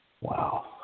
Wow